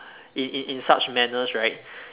in in in such manners right